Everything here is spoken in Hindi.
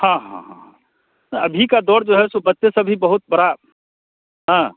हाँ हाँ हाँ अभी का दौर जो है सो बच्चे सभी बहुत बड़ा हाँ